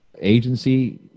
agency